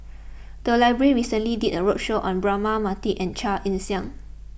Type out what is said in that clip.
the library recently did a roadshow on Braema Mathi and Chia Ann Siang